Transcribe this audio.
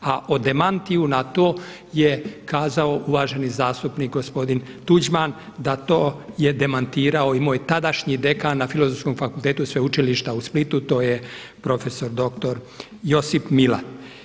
A o demantiju na to je kazao uvaženi zastupnik gospodin Tuđman da to je demantirao i moj tadašnji dekan na Filozofskom fakultetu Sveučilišta u Splitu, to je prof. dr. Josip Milat.